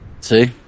See